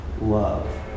love